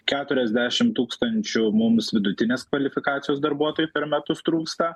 keturiasdešimt tūkstančių mums vidutinės kvalifikacijos darbuotojų per metus trūksta